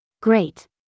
Great